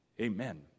Amen